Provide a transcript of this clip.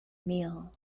meal